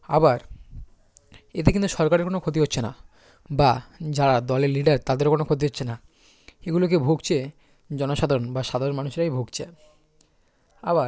আবার এতে কিন্তু সরকারের কোনো ক্ষতি হচ্ছে না বা যারা দলের লিডার তাদেরও কোনো ক্ষতি হচ্ছে না এগুলোকে ভুগছে জনসাধারণ বা সাধারণ মানুষেরাই ভুগছে আবার